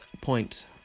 point